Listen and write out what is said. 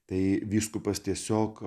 tai vyskupas tiesiog